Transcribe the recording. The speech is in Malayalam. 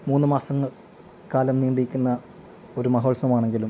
മൂന്നു മാസങ്ങൾ കാലം നീണ്ട് നിൽക്കുന്ന ഒരു മഹോത്സവമാണെങ്കിലും